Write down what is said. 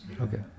Okay